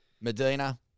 Medina